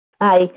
Hi